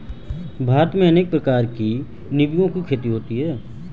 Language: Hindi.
भारत में अनेक प्रकार के निंबुओं की खेती होती है